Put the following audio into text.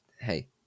Hey